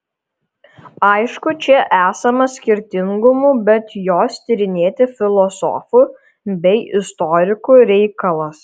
aišku čia esama skirtingumų bet juos tyrinėti filosofų bei istorikų reikalas